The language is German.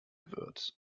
wird